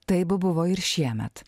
taip buvo ir šiemet